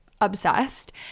obsessed